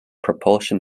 propulsion